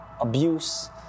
abuse